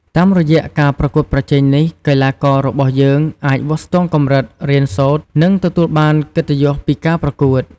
តាមរយៈការប្រកួតប្រជែងនេះ កីឡាកររបស់យើងអាច វាស់ស្ទង់កម្រិត រៀនសូត្រ និងទទួលបានកិត្តិយសពីការប្រកួត។